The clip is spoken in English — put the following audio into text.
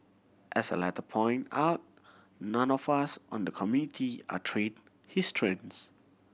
as the letter point out none of us on the Community are trained historians